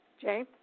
Jay